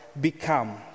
become